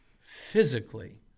physically